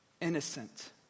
Innocent